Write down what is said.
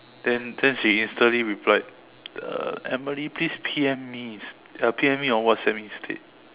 then then she instantly replied uh Emily please P_M me uh P_M me on WhatsApp instead